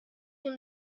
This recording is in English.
him